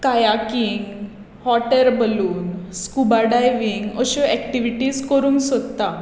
kayaking hot air balloon scuba diving अश्यो activities करूंक सोदतात